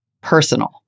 personal